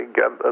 get